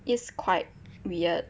it's quite weird